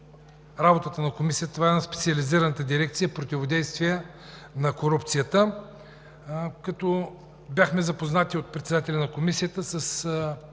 работата на Комисията – на специализираната дирекция „Противодействие на корупцията“. Бяхме запознати от председателя на Комисията с